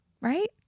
right